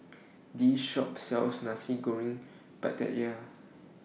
This Shop sells Nasi Goreng Pattaya